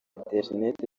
internet